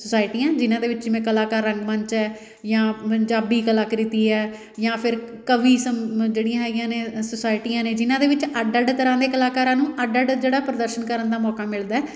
ਸੋਸਾਇਟੀਆਂ ਜਿਨ੍ਹਾਂ ਦੇ ਵਿੱਚ ਮੈਂ ਕਲਾਕਾਰ ਰੰਗ ਮੰਚ ਹੈ ਜ਼ਾਂ ਪੰਜਾਬੀ ਕਲਾਕ੍ਰਿਤੀ ਹੈ ਜਾਂ ਫਿਰ ਕਵੀ ਸੰਵ ਜਿਹੜੀਆਂ ਹੈਗੀਆਂ ਨੇ ਸੋਸਾਇਟੀਆਂ ਨੇ ਜਿਨ੍ਹਾਂ ਦੇ ਵਿੱਚ ਅੱਡ ਅੱਡ ਤਰ੍ਹਾਂ ਦੇ ਕਲਾਕਾਰਾਂ ਨੂੰ ਅੱਡ ਅੱਡ ਜਿਹੜਾ ਪ੍ਰਦਰਸ਼ਨ ਕਰਨ ਦਾ ਮੌਕਾ ਮਿਲਦਾ